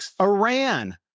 Iran